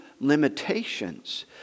limitations